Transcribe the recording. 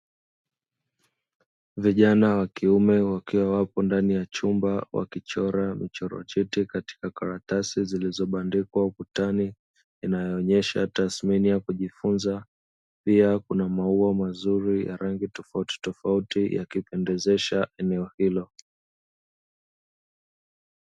Vijana wa kiume wakiwa wapo ndani ya chumba wakichora michoro njiti katika karatasi zilizobandikwa ukutani inayoonyesha tathimini ya kujifunza, pia kuna maua mazuri ya rangi tofautitofauti yakipendezesha eneo hilo.